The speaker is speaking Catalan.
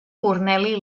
corneli